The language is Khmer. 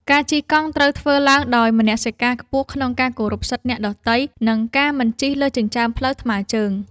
ការជិះកង់ត្រូវធ្វើឡើងដោយមនសិការខ្ពស់ក្នុងការគោរពសិទ្ធិអ្នកដទៃ និងការមិនជិះលើចិញ្ចើមផ្លូវថ្មើរជើង។